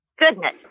Goodness